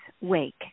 Wake